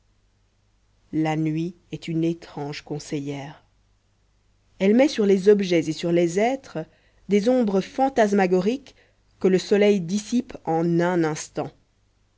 la nuit est une étrange conseillère elle met sur les objets et sur les êtres des ombres fantasmagoriques que le soleil dissipe en un instant